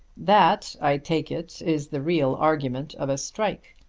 that i take it is the real argument of a strike.